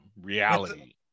reality